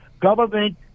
Government